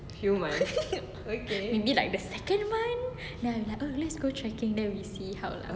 maybe like the second month ya oh let's go trekking then we see how lah